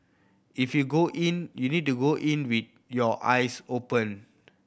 if you go in you need to go in with your eyes open